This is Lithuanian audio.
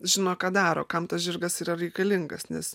žino ką daro kam tas žirgas yra reikalingas nes